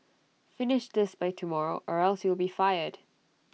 finish this by tomorrow or else you'll be fired